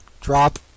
Drop